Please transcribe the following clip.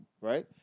Right